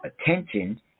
attention